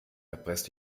erpresst